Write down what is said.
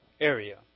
area